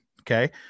Okay